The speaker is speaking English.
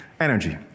energy